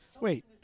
Wait